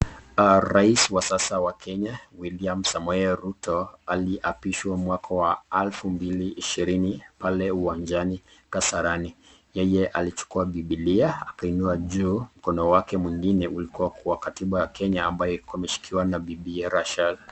Rais wa sasa wa Kenya, William Samoei Ruto, aliapishwa mwaka wa elfu mbili ishini na mbili pale uwanjani Kasarani. Yeye alichukua Biblia akainua juu. Mkono wake mwingine ulikuwa kwa katiba ya Kenya ambayo ilikuwa ameshikiliwa na bibiye Rachel.